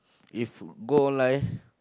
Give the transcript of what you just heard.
if go online